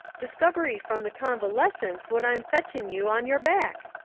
discobery from the convalescence what am fetching you on yo'r back.